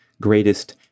greatest